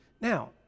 Now